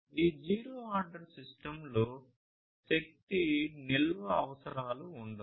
ఈ zero order సిస్టమ్స్లో శక్తి నిల్వ అవసరాలు ఉండవు